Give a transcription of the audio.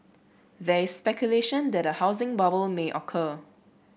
there is speculation that a housing bubble may occur